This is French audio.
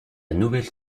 nouvelle